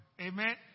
Amen